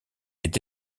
est